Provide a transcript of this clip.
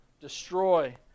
destroy